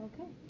Okay